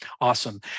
awesome